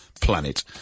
planet